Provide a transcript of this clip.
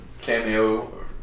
cameo